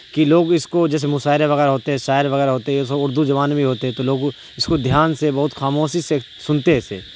کہ لوگ اس کو جیسے مشاعرے وغیرہ ہوتے ہیں شاعری وغیرہ ہوتی ہے یہ سب اردو زبان میں ہی ہوتے ہیں تو لوگ اس کو دھیان سے بہت خاموشی سے سنتے ہیں اسے